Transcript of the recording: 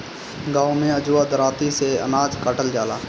गाँव में अजुओ दराँती से अनाज काटल जाला